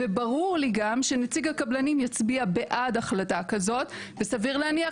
וברור לי גם שנציג הקבלנים יצביע בעד החלטה כזאת וסביר להניח